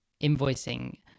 invoicing